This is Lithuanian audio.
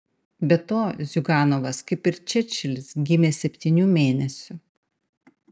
be to ziuganovas kaip ir čerčilis gimė septynių mėnesių